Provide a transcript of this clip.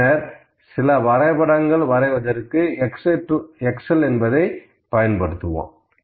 பின்னர் சில வரைபடங்கள் வரைவதற்கு எக்ஸெல் ஐ பயன்படுத்துவோம்